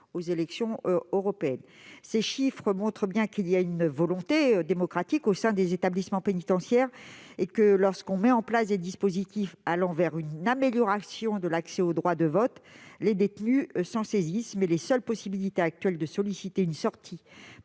a été de 8 %. Ce chiffre montre qu'il y a une volonté démocratique au sein des établissements pénitentiaires et que, lorsque l'on met en place des dispositifs allant vers une amélioration de l'accès au droit de vote, les détenus s'en saisissent. Les seules possibilités actuelles de solliciter une sortie